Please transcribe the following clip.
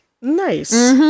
Nice